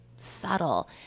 subtle